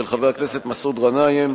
של חבר הכנסת מסעוד גנאים,